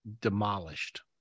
demolished